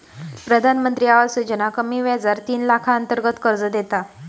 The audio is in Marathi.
प्रधानमंत्री आवास योजना कमी व्याजार तीन लाखातागत कर्ज देता